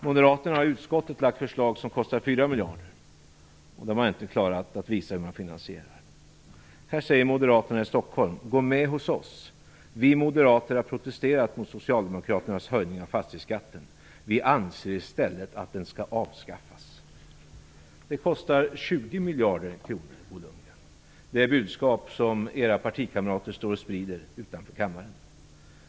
Moderaterna har i utskottet lagt fram ett förslag som kostar 4 miljarder. De har inte klarat att visa hur det skall finansieras. Moderaterna i Stockholm säger: Gå med oss. Vi moderater har protesterat mot Socialdemokraternas höjning av fastighetsskatten. Vi anser i stället att den skall avskaffas. Det budskap som Bo Lundgrens partikamrater sprider utanför kammaren innebär 20 miljarder kronor mer i kostnader.